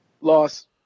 Loss